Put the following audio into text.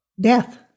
death